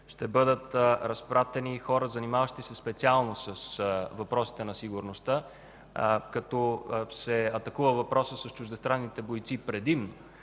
ще бъдат разпратени хора, занимаващи се специално с въпросите на сигурността, като се атакува въпросът с чуждестранните бойци предимно,